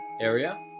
area